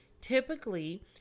Typically